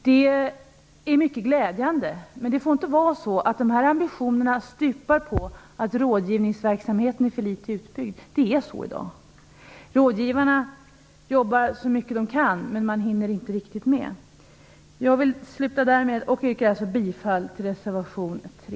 Det är mycket glädjande, men det får inte bli så att ambitionerna stupar på att rådgivningsverksamheten inte är tillräckligt utbyggd. Så är det i dag. Rådgivarna jobbar så mycket de kan men hinner inte riktigt med. Slutligen yrkar jag åter bifall till reservation 3.